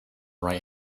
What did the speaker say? right